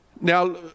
now